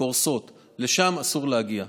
לשם אסור להגיע.